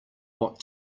what